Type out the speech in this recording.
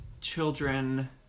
children